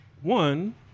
one